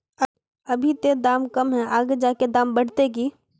अभी ते दाम कम है आगे जाके दाम बढ़ते की?